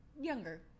younger